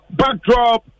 backdrop